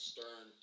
Stern